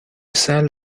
sell